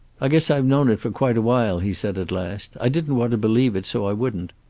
i guess i've known it for quite a while, he said at last. i didn't want to believe it, so i wouldn't.